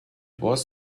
was